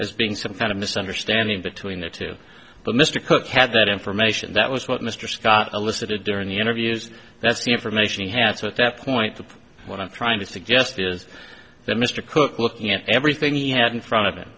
as being some kind of misunderstanding between the two but mr cooke had that information that was what mr scott elicited during the interviews that's the information he has at that point that what i'm trying to suggest is that mr cook looking at everything he had in front of